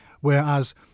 Whereas